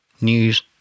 News